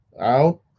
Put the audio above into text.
Out